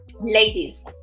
ladies